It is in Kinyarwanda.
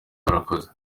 barakoze